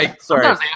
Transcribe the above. sorry